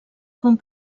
com